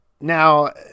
Now